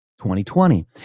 2020